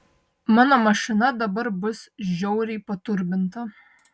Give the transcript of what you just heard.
mano mašina dabar bus žiauriai paturbinta